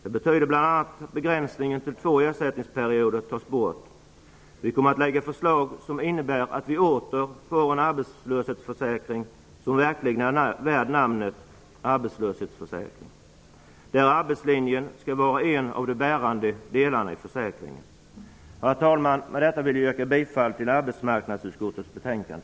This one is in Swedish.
Det betyder bl.a. att begränsningen till två ersättningsperioder tas bort. Vi kommer att lägga fram förslag som innebär att vi åter får en arbetslöshetsförsäkring som verkligen är värd namnet. Arbetslinjen skall vara en av de bärande delarna i försäkringen. Herr talman! Med detta vill jag yrka bifall till hemställan i arbetsmarknadsutskottets betänkande.